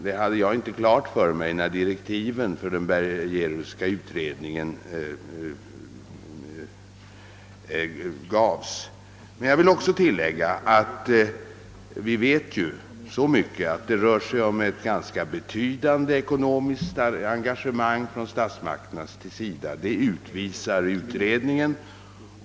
Jag hade inte klart för mig att ansökningshandlingarna kunde lämnas in så pass sent när direktiven för den Bergéruska utredningen gavs. Jag vill tillägga att det ju rör sig om ett ganska betydande ekonomiskt engagemang från statsmakternas sida — det visar utredningen.